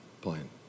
playing